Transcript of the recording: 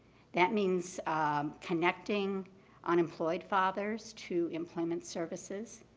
that means connecting unemployed fathers to employment services.